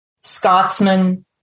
Scotsman